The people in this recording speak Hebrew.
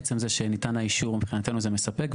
עצם זה שניתן האישור, מבחינתנו זה מספק.